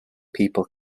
people